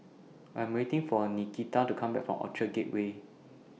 I Am waiting For Nikita to Come Back from Orchard Gateway